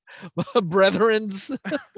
brethrens